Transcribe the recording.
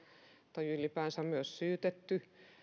tai ylipäänsä myös syytetty